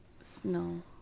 Snow